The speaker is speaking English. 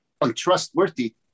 untrustworthy